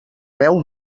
beu